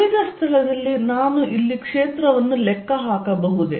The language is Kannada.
ಉಳಿದ ಸ್ಥಳದಲ್ಲಿ ನಾನು ಇಲ್ಲಿ ಕ್ಷೇತ್ರವನ್ನು ಲೆಕ್ಕ ಹಾಕಬಹುದೇ